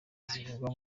zivugwa